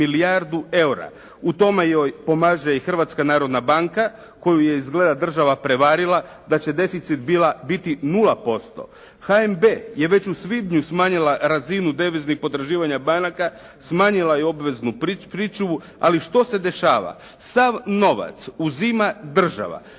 Hrvatska narodna banka